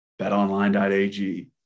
betonline.ag